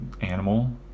animal